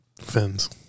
Fins